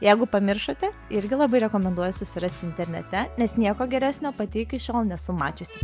jeigu pamiršote irgi labai rekomenduoju susirasti internete nes nieko geresnio pati iki šiol nesu mačiusi